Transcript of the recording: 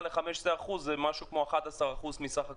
בסך הכול 15%-10% זה כ-11% מסך הכול,